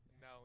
No